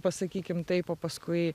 pasakykim taip o paskui